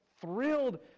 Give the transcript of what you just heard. thrilled